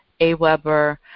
AWeber